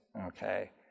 okay